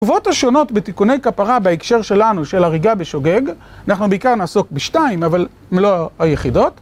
תגובות השונות בתיקוני כפרה בהקשר שלנו של הריגה בשוגג, אנחנו בעיקר נעסוק בשתיים אבל לא היחידות.